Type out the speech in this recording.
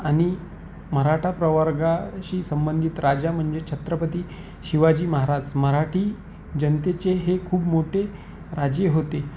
आणि मराठा प्रवर्गाशी संबंधित राजा म्हणजे छत्रपती शिवाजी महाराज मराठी जनतेचे हे खूप मोठे राजे होते